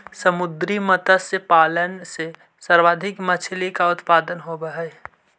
समुद्री मत्स्य पालन से सर्वाधिक मछली का उत्पादन होवअ हई